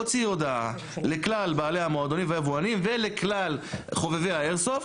הוציא הודעה לכלל בעלי המועדונים והיבואנים ולכלל חובבי האיירסופט,